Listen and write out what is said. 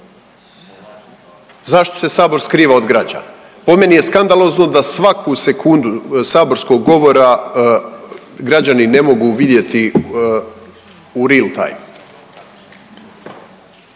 Zašto se sabor skriva od građana? Po meni je skandalozno da svaku sekundu saborskog govora građani ne mogu vidjeti u Rio Timesu.